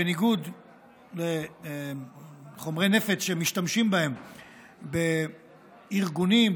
בניגוד לחומרי נפץ שמשתמשים בהם בארגונים,